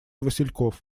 васильков